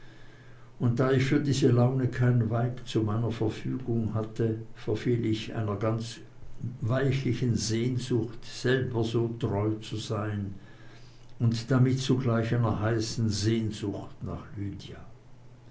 und da ich für diese laune kein weib zu meiner verfügung hatte verfiel ich einer ganz weichlichen sehnsucht selber so treu zu sein und damit zugleich einer heißen sehnsucht nach lydia